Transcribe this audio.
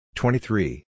twenty-three